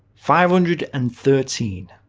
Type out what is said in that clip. five hundred and thirteen.